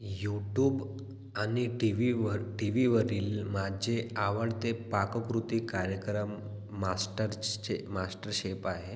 YouTube आणि टी व्हीवर टी व्हीवरील माझे आवडते पाककृती कार्यक्रम मास्टर श् मास्टर शेफ आहे